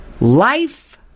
Life